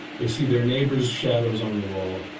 they see their neighbor's shadows on the wall.